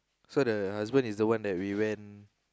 so the husband is the one that we went